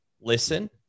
listen